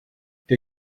der